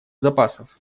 запасов